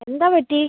എന്താ പറ്റി